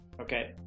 okay